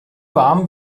warm